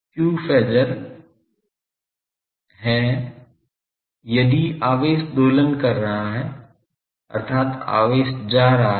q phasor है यदि आवेश दोलन कर रहा है अर्थात आवेश जा रहा है